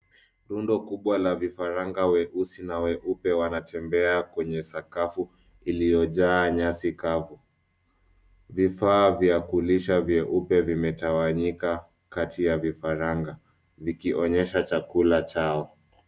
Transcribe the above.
Rundo kubwa la vifaranga weusi na weupe wanatembea kwenye sakafu iliyojaa nyasi kavu. Vifaa vya kulisha vyeupe vimetawanyika kati ya vifaranga vikionyesha chakula chao.